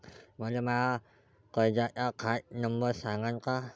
मले माया कर्जाचा खात नंबर सांगान का?